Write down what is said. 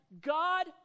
God